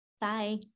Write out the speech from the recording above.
Bye